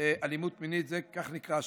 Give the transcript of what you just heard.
אלימות מינית", כך נקרא השבוע.